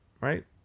right